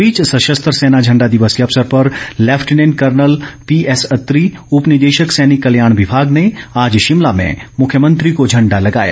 इस बीच सशस्त्र सेना झंडा दिवस के अवसर पर लैफिटनेंट कर्नल पीएसअत्री उपनिदेशक सैनिक कल्याण विभाग ने आज शिमला में मुख्यमंत्री को झंडा लगाया